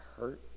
hurt